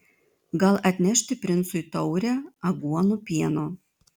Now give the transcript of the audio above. gal atnešti princui taurę aguonų pieno